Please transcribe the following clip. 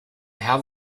have